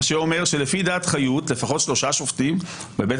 מה שזה אומר שלפחות שלושה שופטים בבית